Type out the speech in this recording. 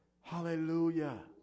Hallelujah